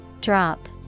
Drop